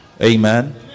Amen